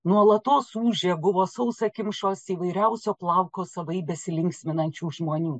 nuolatos ūžė buvo sausakimšos įvairiausio plauko savaip besilinksminančių žmonių